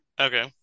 Okay